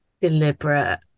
deliberate